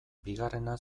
bigarrena